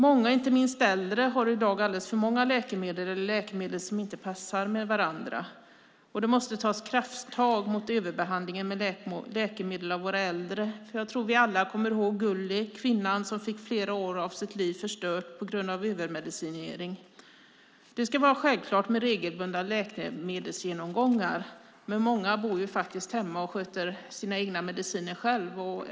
Många, inte minst äldre, har i dag alldeles för många läkemedel eller läkemedel som inte passar med varandra. Det måste tas krafttag mot överbehandling med läkemedel av våra äldre. Jag tror att vi alla kommer ihåg Gulli, kvinnan som fick flera år av sitt liv förstörda på grund av övermedicinering. Det ska vara självklart med regelbundna läkemedelsgenomgångar. Men många bor faktiskt hemma och sköter sina mediciner själva.